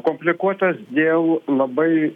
komplikuotas dėl labai